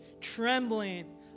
trembling